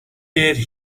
did